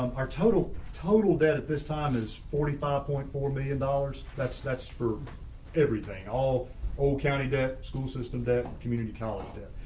our total total debt at this time is forty five point four million dollars. that's that's for everything all old county debt school system, that community college debt,